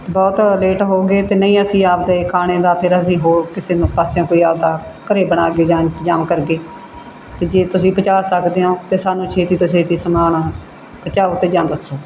ਅਤੇ ਬਹੁਤ ਲੇਟ ਹੋ ਗਏ ਅਤੇ ਨਹੀਂ ਅਸੀਂ ਆਪਣੇ ਖਾਣੇ ਦਾ ਫਿਰ ਅਸੀਂ ਹੋਰ ਕਿਸੇ ਨੂੰ ਪਾਸਿਓਂ ਕੋਈ ਆਪਣਾ ਘਰ ਬਣਾ ਕੇ ਜਾਂ ਇੰਤਜ਼ਾਮ ਕਰਕੇ ਅਤੇ ਜੇ ਤੁਸੀਂ ਪਹੁੰਚਾ ਸਕਦੇ ਹੋ ਅਤੇ ਸਾਨੂੰ ਛੇਤੀ ਤੋਂ ਛੇਤੀ ਸਮਾਨ ਪਹੁੰਚਾਓ ਅਤੇ ਜਾਂ ਦੱਸੋ